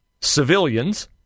civilians